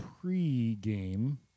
pre-game